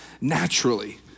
naturally